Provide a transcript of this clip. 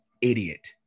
idiot